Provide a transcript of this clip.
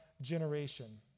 generation